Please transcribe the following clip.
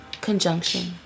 conjunction